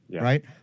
right